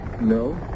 No